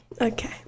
Okay